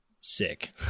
sick